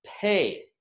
pay